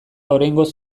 oraingoz